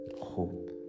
hope